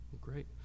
great